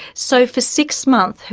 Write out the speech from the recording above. so for six months,